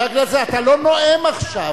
חבר הכנסת, אתה לא נואם עכשיו.